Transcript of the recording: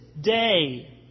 day